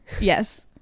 yes